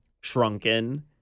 shrunken